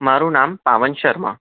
મારુ નામ પાવન શર્મા